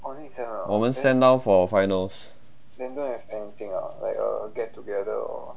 我们 sem~ down for finals